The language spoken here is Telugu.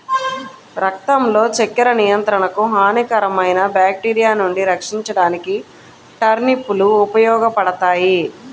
రక్తంలో చక్కెర నియంత్రణకు, హానికరమైన బ్యాక్టీరియా నుండి రక్షించడానికి టర్నిప్ లు ఉపయోగపడతాయి